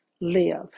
live